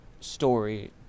story